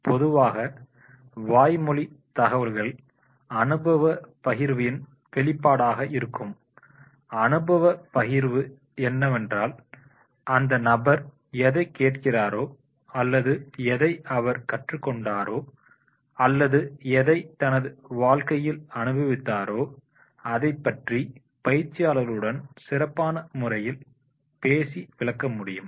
பொதுவாக வாய்மொழி தகவல்கள் அனுபவ பகிர்வின் வெளிப்பாடாக இருக்கும் அனுபவப் பகிர்வு என்னவென்றால் அந்த நபர் எதைக் கேட்டிருக்கிறாரோ அல்லது எதை அவர் கற்றுக்கொண்டாரோ அல்லது எதை தனது வாழ்க்கையில் அனுபவித்தாரோ அதை பற்றி பயிற்சியாளர்களுடன் சிறப்பான முறையில் பேசி விளக்க முடியும்